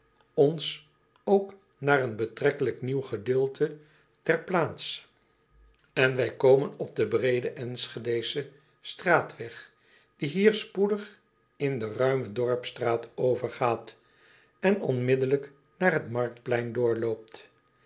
ons ook naar een betrekkelijk nieuw gedeelte der plaats en wij ko acobus raandijk andelingen door ederland met pen en potlood eel men op den breeden nschedeschen straatweg die hier spoedig in de ruime dorpstraat overgaat en onmiddellijk naar het marktplein doorloopt